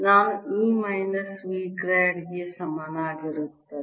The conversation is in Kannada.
ನಾನು E ಮೈನಸ್ V ಗ್ರಾಡ್ ಗೆ ಸಮನಾಗಿರುತ್ತದೆ